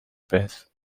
beth